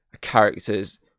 characters